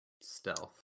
stealth